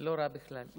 לא רע בכלל.